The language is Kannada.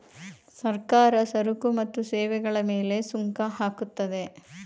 ಸರ್ಕಾರ ಸರಕು ಮತ್ತು ಸೇವೆಗಳ ಮೇಲೆ ಸುಂಕ ಹಾಕುತ್ತದೆ